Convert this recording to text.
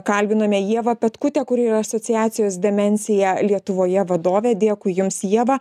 kalbinome ievą petkutę kuri yra asociacijos demencija lietuvoje vadovė dėkui jums ieva